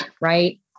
right